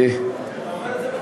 אתה אומר את זה,